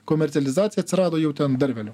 komercializacija atsirado jau ten dar vėliau